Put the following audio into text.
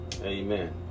Amen